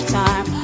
time